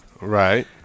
Right